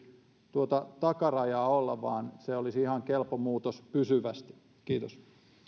tuota takarajaa olla vaan se olisi ihan kelpo muutos pysyvästi kiitos